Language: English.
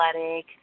athletic